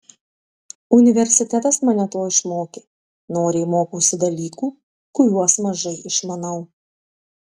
universitetas mane to išmokė noriai mokausi dalykų kuriuos mažai išmanau